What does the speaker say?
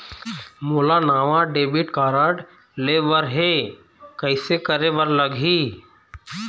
मोला नावा debit card लेबर हे, कइसे करे बर लगही?